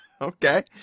Okay